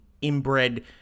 inbred